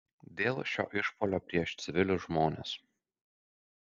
dėl šio išpuolio prieš civilius žmones